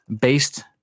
based